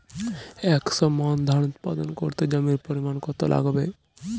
একশো মন ধান উৎপাদন করতে জমির পরিমাণ কত লাগবে?